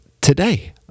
today